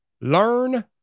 Learn